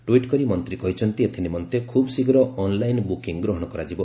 ଟ୍ସିଟ୍ କରି ମନ୍ତ୍ରୀ କହିଛନ୍ତି ଏଥିନିମନ୍ତେ ଖୁବ୍ଶୀଘ୍ର ଅନ୍ଲାଇନ୍ ବୁକିଂ ଗ୍ରହଣ କରାଯିବ